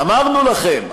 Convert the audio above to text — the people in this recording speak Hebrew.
אמרנו לכם,